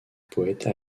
poète